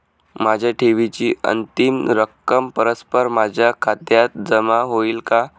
माझ्या ठेवीची अंतिम रक्कम परस्पर माझ्या खात्यात जमा होईल का?